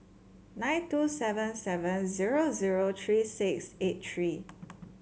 nine two seven seven zero zero three six eight three